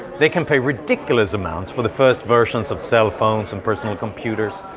they can pay ridiculous amounts for the first versions of cell phones and personal computers,